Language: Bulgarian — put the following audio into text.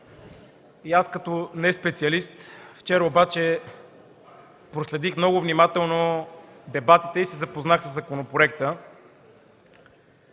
и аз като неспециалист вчера проследих много внимателно дебатите и се запознах със законопроекта,